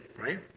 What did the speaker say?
right